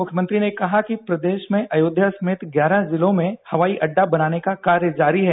मुख्यमंत्री ने कहा कि प्रदेश में अयोध्या समेत ग्यारह जिलों में हवाई अड्डा बनाने का कार्य जारी है